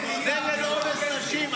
נגד אונס נשים.